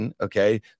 Okay